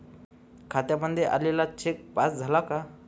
खात्यामध्ये आलेला check pass झाला का?